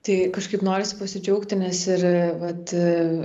tai kažkaip norisi pasidžiaugti nes ir vat